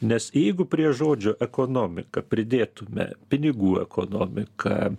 nes jeigu prie žodžio ekonomika pridėtume pinigų ekonomika